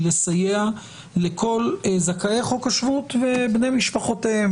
לסייע לכל זכאי חוק השבות ובני משפחותיהם.